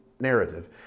narrative